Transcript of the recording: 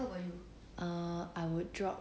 eh I would drop